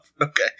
Okay